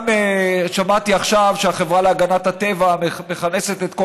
שמעתי עכשיו שהחברה להגנת הטבע מכנסת את כל